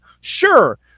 Sure